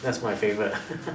that's my favourite